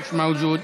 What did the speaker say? מיש מווג'וד.